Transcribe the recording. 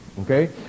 okay